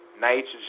Nitrogen